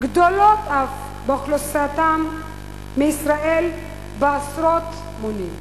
גדולות אף באוכלוסייתן עשרות מונים.